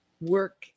work